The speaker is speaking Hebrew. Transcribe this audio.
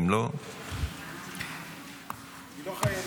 אם לא --- היא לא חייבת.